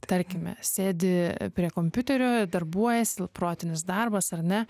tarkime sėdi prie kompiuterio darbuojasi protinis darbas ar ne